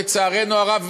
לצערנו הרב,